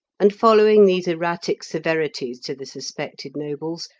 and, following these erratic severities to the suspected nobles,